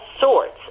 sorts